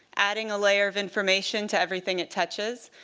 adding a layer of information to everything it touches.